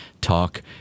Talk